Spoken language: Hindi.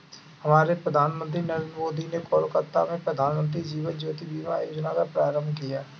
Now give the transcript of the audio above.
हमारे प्रधानमंत्री नरेंद्र मोदी ने कोलकाता में प्रधानमंत्री जीवन ज्योति बीमा योजना का प्रारंभ किया